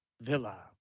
Villa